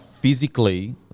physically